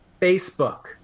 facebook